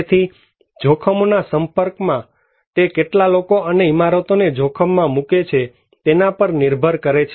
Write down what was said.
તેથીજોખમોના સંપર્કમાં તે કેટલા લોકો અને ઇમારતોને જોખમમાં મૂકે છે તેના પર નિર્ભર કરે છે